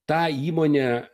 tą įmonę